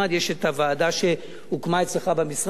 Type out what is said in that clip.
יש הוועדה שהוקמה אצלך במשרד,